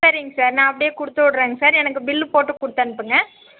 சரிங்க சார் நான் அப்படியே கொடுத்து விட்ரேங்க சார் எனக்கு பில்லு போட்டு கொடுத்து அனுப்புங்கள்